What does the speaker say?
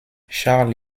charles